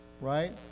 Right